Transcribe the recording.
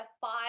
five